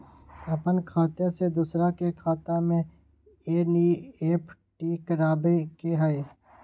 अपन खाते से दूसरा के खाता में एन.ई.एफ.टी करवावे के हई?